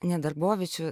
ne darboviečių